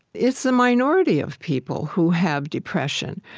it's the minority of people who have depression.